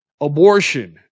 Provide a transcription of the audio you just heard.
abortion